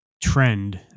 trend